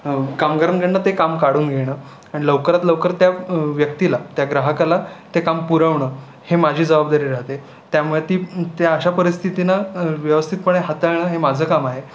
कामगारांकडून ते काम काढून घेणं आणि लवकरात लवकर त्या व्यक्तीला त्या ग्राहकाला ते काम पुरवणं हे माझी जबाबदारी राहते त्यामुळे ती त्या अशा परिस्थितीनं व्यवस्थितपणे हाताळणं हे माझं काम आहे